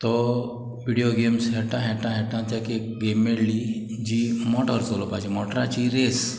तो video games हेट्टां हेट्टां हेट्टां तेका एक गेम मेळ्ळी जी मोटोर चलोवपाची मोटराची रेस